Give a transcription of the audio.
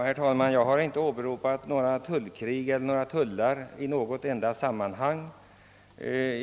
Herr talman! Jag har inte åberopat något tullkrig eller tullar i något enda sammanhang.